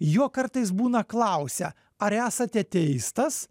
jo kartais būna klausia ar esate teistas